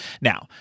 Now